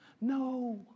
No